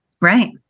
Right